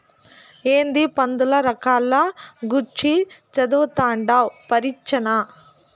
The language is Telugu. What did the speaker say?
ఏందీ పందుల రకాల గూర్చి చదవతండావ్ పరీచ్చనా